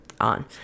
on